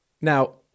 Now